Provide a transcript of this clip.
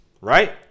Right